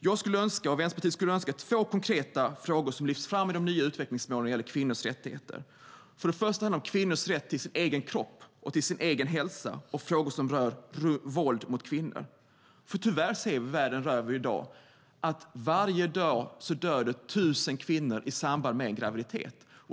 Jag och Vänsterpartiet skulle önska att två konkreta frågor lyfts fram i de nya utvecklingsmålen när det gäller kvinnors rättigheter. Det handlar om kvinnors rätt till sin egen kropp och sin egen hälsa och frågor som rör våld mot kvinnor, för tyvärr ser vi världen över att varje dag dör 1 000 kvinnor i samband med graviditet.